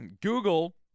Google